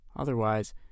Otherwise